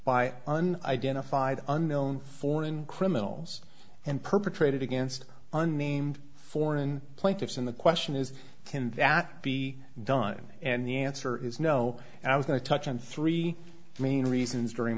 by an identified unknown foreign criminals and perpetrated against unnamed foreign plaintiffs in the question is can that be done and the answer is no and i was going to touch on three main reasons during